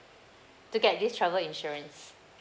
to get this travel insurance